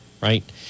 Right